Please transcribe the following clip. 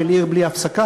של "עיר בלי הפסקה",